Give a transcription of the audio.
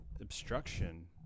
obstruction